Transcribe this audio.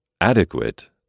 adequate